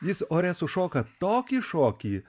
jis ore sušoka tokį šokį